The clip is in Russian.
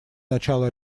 начала